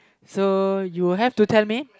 so you have to tell me